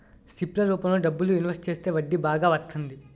SIP ల రూపంలో డబ్బులు ఇన్వెస్ట్ చేస్తే వడ్డీ బాగా వత్తంది